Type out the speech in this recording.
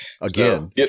Again